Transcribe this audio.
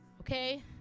okay